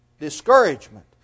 discouragement